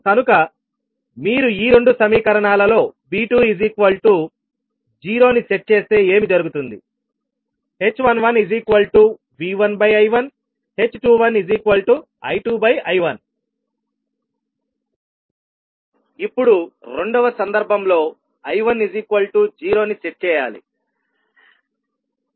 కనుక మీరు ఈ రెండు సమీకరణాలలో V20 ని సెట్ చేస్తే ఏమి జరుగుతుంది h11V1I1h21I2I1 ఇప్పుడు రెండవ సందర్భంలో I10ని సెట్ చేయాలి